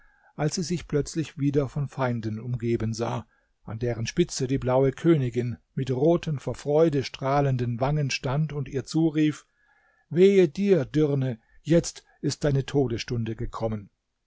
als sie sich plötzlich wieder von feinden umgeben sah an deren spitze die blaue königin mit roten vor freude strahlenden wangen stand und ihr zurief wehe dir dirne jetzt ist deine todesstunde gekommen